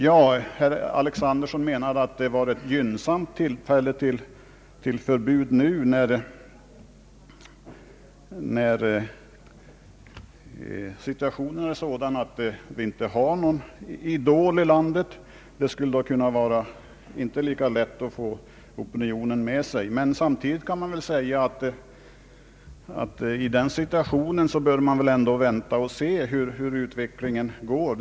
Herr Alexanderson menade att det var ett gynnsamt tillfälle att genomföra förbud nu när vi inte har någon boxningsidol i landet. I annat fall skulle det inte ha varit lika lätt att få opinionen med sig. Men samtidigt kan man säga att vi i den situationen bör vänta och se hur utvecklingen går.